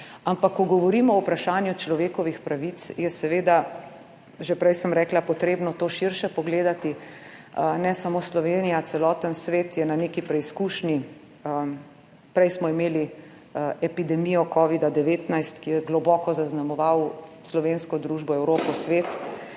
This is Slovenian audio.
Ampak ko govorimo o vprašanju človekovih pravic, je seveda, že prej sem rekla, potrebno to širše pogledati. Ne samo Slovenija, celoten svet je na neki preizkušnji. Prej smo imeli epidemijo covida-19, ki je globoko zaznamoval slovensko družbo, Evropo, svet,